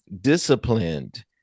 disciplined